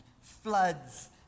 floods